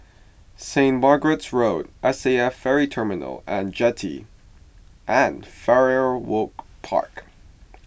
Saint Margaret's Road S A F Ferry Terminal and Jetty and Farrer Walk Park